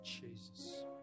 Jesus